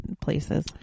places